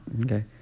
okay